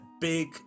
big